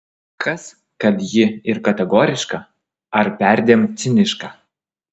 kas kad ji ir kategoriška ar perdėm ciniška